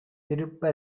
திருப்ப